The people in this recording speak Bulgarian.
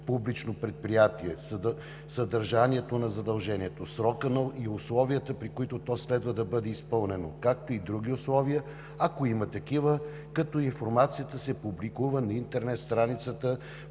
публично предприятие, съдържанието на задължението, срока и условията, при които то следва да бъде изпълнено, както и други условия, ако има такива, като информацията се публикува на интернет страницата